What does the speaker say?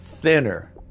thinner